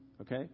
Okay